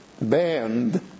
banned